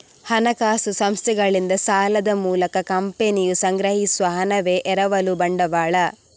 ಹಣಕಾಸು ಸಂಸ್ಥೆಗಳಿಂದ ಸಾಲದ ಮೂಲಕ ಕಂಪನಿಯು ಸಂಗ್ರಹಿಸುವ ಹಣವೇ ಎರವಲು ಬಂಡವಾಳ